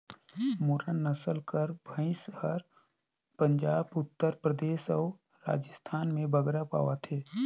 मुर्रा नसल कर भंइस हर पंजाब, उत्तर परदेस अउ राजिस्थान में बगरा पवाथे